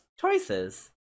choices